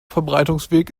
verbreitungsweg